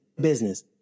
business